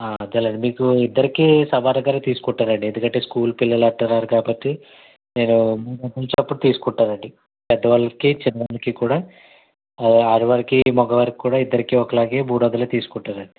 అదేలేండి మీకు ఇద్దరికి సమానంగానే తీసుకుంటానండి ఎందుకంటే స్కూల్ పిల్లలు అంటున్నారు కాబట్టి నేను మూడు వందల చప్పున తీసుకుంటానండి పెద్దవాళ్ళకి చిన్నవాళ్ళకి కూడా ఆడవాళ్ళకి మగవాళ్ళకి కూడా ఇద్దరికి ఒకలాగే మూడువందలే తీసుకుంటానండి